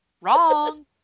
Wrong